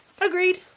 Agreed